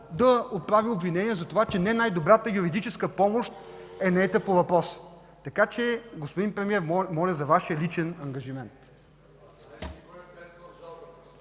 да отправи обвинения за това, че не е наета най-добрата юридическа помощ по въпроса. Така че, господин Премиер, моля за Вашия личен ангажимент.